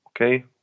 okay